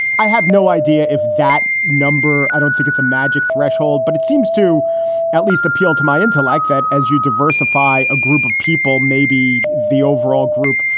i have no idea if that. no, i don't think it's a magic threshold. but it seems to at least appeal to my intellect that as you diversify a group of people, maybe the overall group,